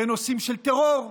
בנושאים של טרור.